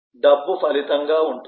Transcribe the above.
డబ్బు ఫలితంగా ఉంటుంది